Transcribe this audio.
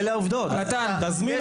מתן,